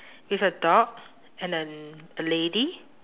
with a dog and a l~ a lady